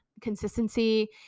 Consistency